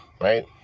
right